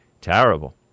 Terrible